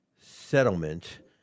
settlement